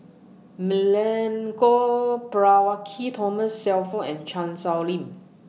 Milenko Prvacki Thomas Shelford and Chan Sow Lin